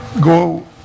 go